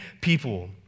people